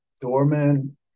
doorman